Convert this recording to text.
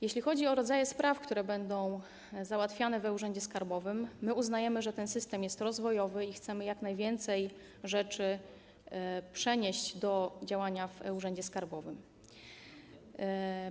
Jeśli chodzi o rodzaje spraw, które będą załatwiane w e-Urzędzie Skarbowym, to uznajemy, że ten system jest rozwojowy i chcemy jak najwięcej rzeczy przenieść do e-Urzędu Skarbowego.